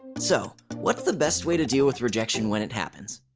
so what's the best way to deal with rejection when it happens?